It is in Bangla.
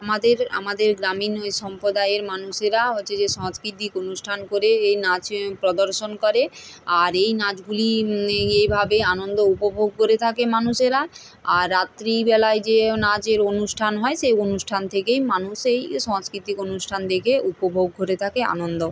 আমাদের আমাদের গ্রামীণ ওই সম্প্রদায়ের মানুষেরা হচ্ছে যে সাংস্কৃতিক অনুষ্ঠান করে এই নাচ প্রদর্শন করে আর এই নাচগুলি এই এইভাবে আনন্দ উপভোগ করে থাকে মানুষেরা আর রাত্রিবেলায় যে নাচের অনুষ্ঠান হয় সেই অনুষ্ঠান থেকেই মানুষ এই সাংস্কৃতিক অনুষ্ঠান দেখে উপভোগ করে থাকে আনন্দ